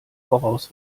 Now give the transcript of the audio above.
voraus